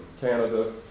Canada